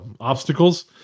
obstacles